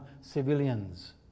civilians